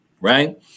Right